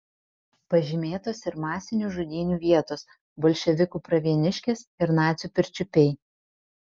pažymėtos ir masinių žudynių vietos bolševikų pravieniškės ir nacių pirčiupiai